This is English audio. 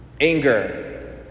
Anger